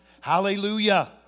Hallelujah